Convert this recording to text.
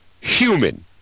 human